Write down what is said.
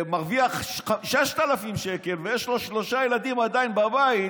שמרוויח 6,000 שקל ויש לו שלושה ילדים עדיין בבית,